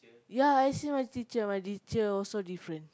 I see my teacher my teacher also different